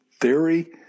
theory